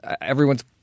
everyone's